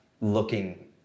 looking